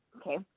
okay